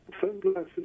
sunglasses